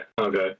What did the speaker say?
okay